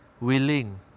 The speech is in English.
willing